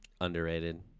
Underrated